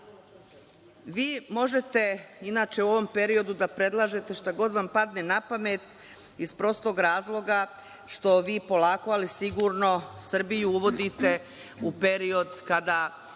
možete inače u ovom periodu da predlažete šta god vam padne na pamet iz prostog razloga što vi polako ali sigurno Srbiju uvodite u period kada